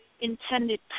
intended